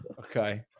Okay